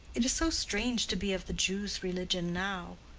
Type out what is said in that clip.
it is so strange to be of the jews' religion now.